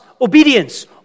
obedience